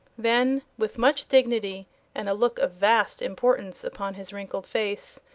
then, with much dignity and a look of vast importance upon his wrinkled face,